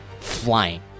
Flying